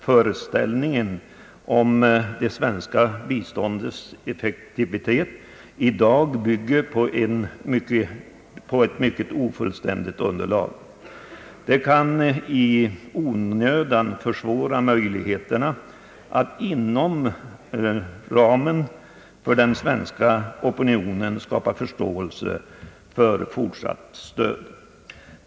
Föreställningarna om det svenska biståndets effektivitet i dag bygger ju på ett mycket ofullständigt underlag. Detta kan i onödan försvåra möjligheterna att inom den svenska opinionen skapa förståelse för fortsatt stöd.